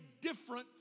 different